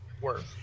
worth